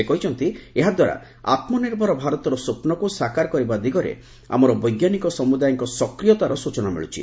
ସେ କହିଛନ୍ତି ଏହାଦ୍ୱାରା ଆତ୍ମନିର୍ଭର ଭାରତର ସ୍ୱପ୍ନକୁ ସାକାର କରିବା ଦିଗରେ ଆମର ବୈଜ୍ଞାନିକ ସମୁଦାୟଙ୍କ ସକ୍ରିୟତାର ସ୍ଚଚନା ମିଳିଛି